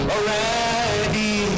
Already